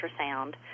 ultrasound